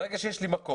ברגע שיש לי מקום,